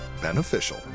beneficial